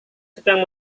sedang